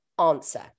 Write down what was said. answer